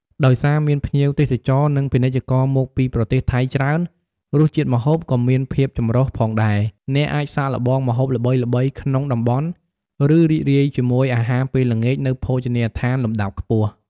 ដោយសារមានភ្ញៀវទេសចរ និងពាណិជ្ជករមកពីប្រទេសថៃច្រើន រសជាតិម្ហូបក៏មានភាពចម្រុះផងដែរ អ្នកអាចសាកល្បងម្ហូបល្បីៗក្នុងតំបន់ ឬរីករាយជាមួយអាហារពេលល្ងាចនៅភោជនីយដ្ឋានលំដាប់ខ្ពស់។